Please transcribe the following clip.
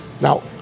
Now